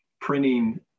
printing